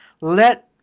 let